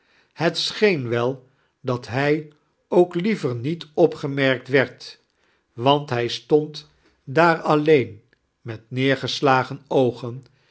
het scheen wel dat hij ook lieiver niet opgemerkt werd want hij stand daar alleen met neergeslagen oogen